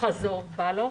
בהלוך?